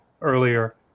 earlier